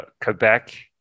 Quebec